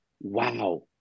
wow